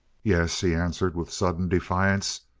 yes, he answered with sudden defiance,